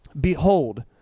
Behold